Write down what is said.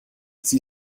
sie